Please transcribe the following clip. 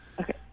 Okay